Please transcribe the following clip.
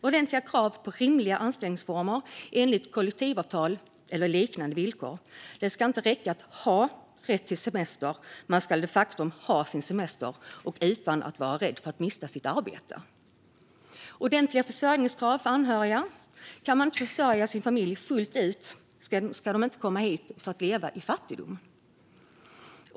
Ordentliga krav på rimliga anställningsformer enligt kollektivavtal eller liknande villkor. Det ska inte räcka att ha rätt till semester. Man ska de facto ha sin semester och utan att vara rädd för att mista sitt arbete. Ordentliga försörjningskrav för anhöriga. Kan man inte försörja sin familj fullt ut ska de inte komma hit för att leva i fattigdom.